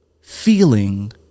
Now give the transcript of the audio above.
feeling